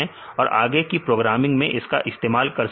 और आगे की प्रोग्रामिंग में इसका इस्तेमाल कर सकते हैं